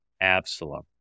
Absalom